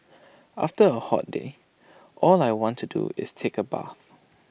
after A hot day all I want to do is take A bath